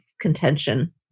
contention